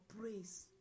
praise